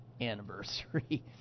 anniversary